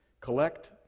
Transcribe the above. Collect